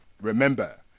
remember